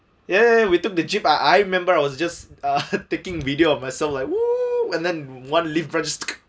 ya ya ya we took the jeep I I remember I was just uh taking video of myself like !woo! and then one